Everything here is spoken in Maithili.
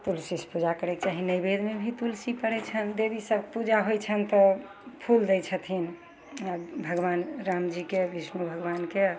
तुलसीसँ पूजा करयके चाही नबेद्यमे भी तुलसी पड़य छनि देवी सब पूजा होइ छनि तऽ फूल दै छथिन आओर भगवान राम जीके विष्णु भगवानके